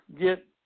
get